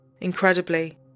Incredibly